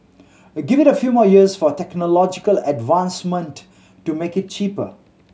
give it a few more years for technological advancement to make it cheaper